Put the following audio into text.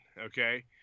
Okay